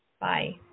Bye